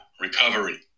Recovery